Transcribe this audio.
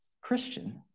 Christian